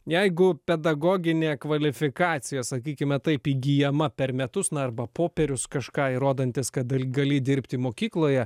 jeigu pedagoginė kvalifikacija sakykime taip įgyjama per metus na arba popierius kažką įrodantis kad gali dirbti mokykloje